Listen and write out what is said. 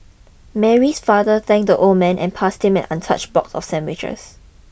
Mary's father thank the old man and passed him an untouched box of sandwiches